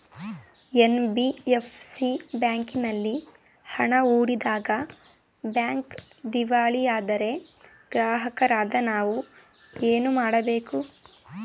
NBFC ಬ್ಯಾಂಕಿನಲ್ಲಿ ಹಣ ಹೂಡಿದಾಗ ಬ್ಯಾಂಕ್ ದಿವಾಳಿಯಾದರೆ ಗ್ರಾಹಕರಾದ ನಾವು ಏನು ಮಾಡಬೇಕು?